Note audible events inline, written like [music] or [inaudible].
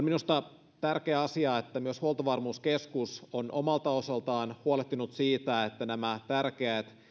[unintelligible] minusta on tärkeä asia että myös huoltovarmuuskeskus on omalta osaltaan huolehtinut siitä että nämä tärkeät